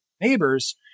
neighbors